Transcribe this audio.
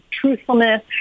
truthfulness